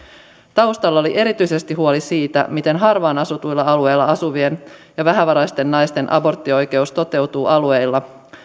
taustalla oli erityisesti huoli siitä miten harvaan asutuilla alueilla asuvien ja vähävaraisten naisten aborttioikeus toteutuu alueilla